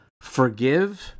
forgive